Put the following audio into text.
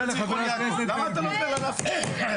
מחבר הכנסת בן גביר --- למה אתה מאפשר לה להפסיק אותי?